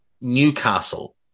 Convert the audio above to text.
Newcastle